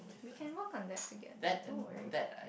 we can work on that together don't worry